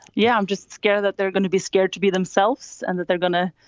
yeah, i'm just scared that they're gonna be scared to be themselves and that they're gonna